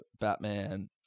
Batman